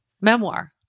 memoir